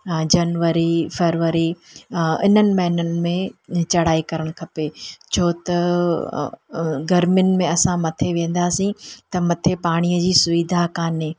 जनवरी फरवरी इन्हनि महिननि में चढ़ाई करणु खपे छो त गर्मियुनि में असां मथे वेंदासीं त मथे पाणीअ जी सुविधा कोन्हे